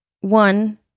One